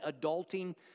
Adulting